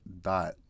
dot